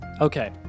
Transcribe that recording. okay